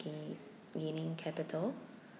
gai~ gaining capital